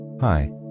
Hi